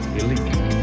elite